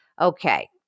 Okay